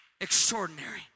extraordinary